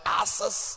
asses